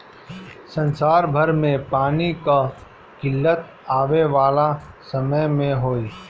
संसार भर में पानी कअ किल्लत आवे वाला समय में होई